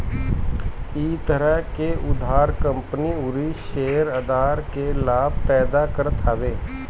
इ तरह के उधार कंपनी अउरी शेयरधारक के लाभ पैदा करत हवे